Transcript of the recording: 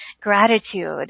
gratitude